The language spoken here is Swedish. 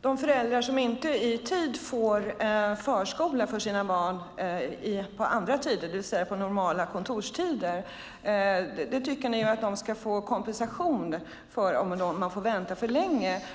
Fru talman! De föräldrar som får vänta för länge på förskoleplats för sina barn på andra tider än normala kontorstider tycker ni ska få kompensation.